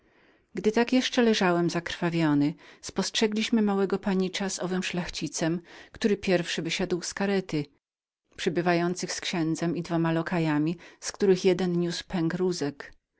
gdy tak jeszcze leżałem zakrwawiony spostrzegliśmy wracającego małego panicza z tym panem który pierwszy wyszedł z księdzem i dwoma lokajami z których jeden niósł